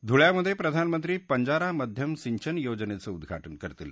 धुळ्यामध्ये प्रधानमंत्री पंजारा मध्यम सिंचन योजनेचं उद्घाटन करतील